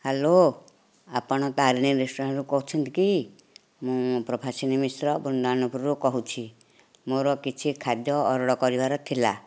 hello ଆପଣ ତାରିଣୀ ରେଷ୍ଟୁରାଣ୍ଟରୁ କହୁଛନ୍ତି କି ମୁଁ ପ୍ରଭାସିନୀ ମିଶ୍ର ବୃନ୍ଦାବନପୁରରୁ କହୁଛି ମୋର କିଛି ଖାଦ୍ୟ ଅର୍ଡ଼ର କରିବାର ଥିଲା